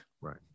Right